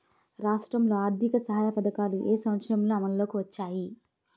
రాష్ట్రంలో ఆర్థిక సహాయ పథకాలు ఏ సంవత్సరంలో అమల్లోకి వచ్చాయి?